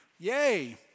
Yay